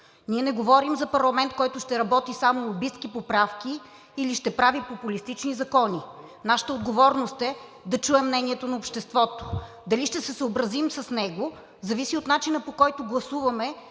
Ние не говорим за парламент, който ще работи само лобистки поправки или ще прави популистични закони. Нашата отговорност е да чуем мнението на обществото. Дали ще се съобразим с него, зависи от начина, по който гласуваме,